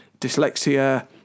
dyslexia